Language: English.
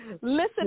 Listen